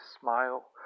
smile